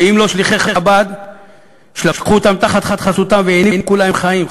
שאם לא שליחי חב"ד שלקחו אותם תחת חסותם והעניקו להם חיים,